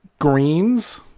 greens